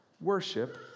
worship